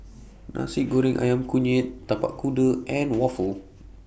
Nasi Goreng Ayam Kunyit Tapak Kuda and Waffle